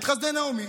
את חסדי נעמי,